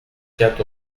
tient